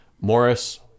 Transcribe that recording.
Morris